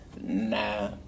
Nah